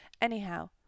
Anyhow